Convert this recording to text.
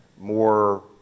more